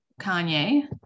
Kanye